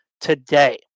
today